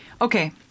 Okay